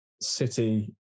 City